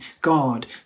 God